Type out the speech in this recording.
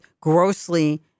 grossly